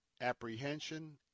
apprehension